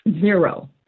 zero